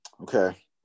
Okay